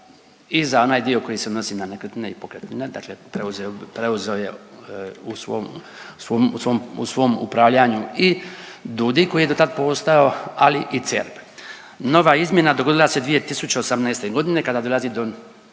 i za onaj dio koji se odnosi na nekretnine i pokretnine, dakle preuzeo je u svom, u svom upravljanju i DUUDI koji je dotada postojao, ali i CERP. Nova izmjena dogodila se 2018. godine kada dolazi do